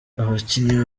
abakinnyi